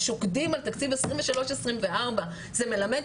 רוב משרדי